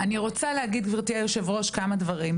אני רוצה להגיד גברתי היושב ראש, כמה דברים,